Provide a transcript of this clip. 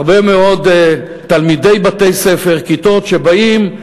הרבה מאוד תלמידי בתי-ספר שבאים,